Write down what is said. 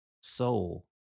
soul